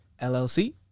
LLC